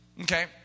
Okay